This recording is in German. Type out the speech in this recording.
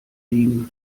liegen